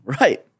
Right